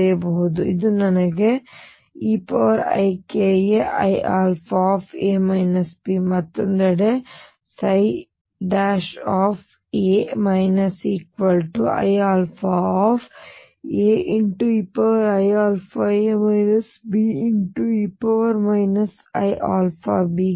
ಹೀಗೆ ಇದು ನನಗೆ eikaiα ಮತ್ತೊಂದೆಡೆ ψ iαAeiαa Be iαa